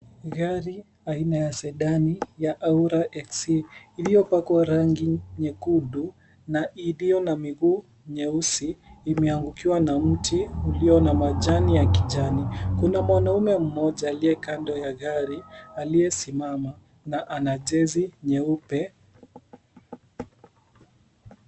Gari aina ya Sedan ya Aura XC iliyopakwa rangi nyekundu na iliyo na miguu nyeusi, imeangukiwa na mti ulio na majani ya kijani. Kuna mwanaume mmoja aliye kando ya gari, aliyesimama na ana jezi nyeupe.